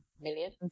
million